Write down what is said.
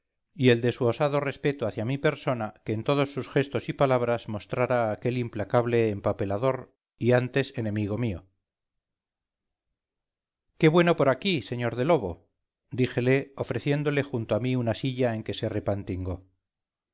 y el de su osado respeto hacia mi persona que en todos sus gestos y palabras mostrara aquel implacable empapelador y antes enemigo mío qué bueno por aquí sr de lobo díjele ofreciéndole junto a mí una silla en que se